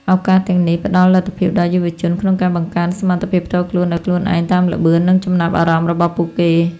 ឱកាសទាំងនេះ ផ្តល់លទ្ធភាពដល់យុវជនក្នុងការបង្កើនសមត្ថភាពផ្ទាល់ខ្លួនដោយខ្លួនឯង តាមល្បឿន និងចំណាប់អារម្មណ៍របស់ពួកគេ។